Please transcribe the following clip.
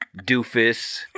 doofus